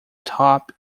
top